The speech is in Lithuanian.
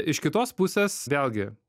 iš kitos pusės vėlgi